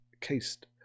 cased